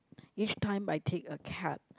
each time I take a cab